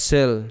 Cell